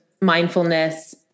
mindfulness